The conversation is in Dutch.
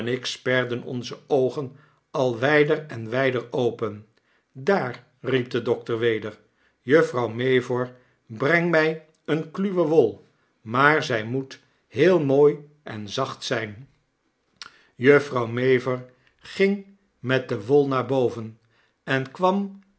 sperden onze oogen al wijder en wijder open daar riep de dokter weder juffrouw mavor breng mij een kluwen wol maar zjj moet heel mooi en zacht zp juffrouw mavor ging met de wol naar boven en kwam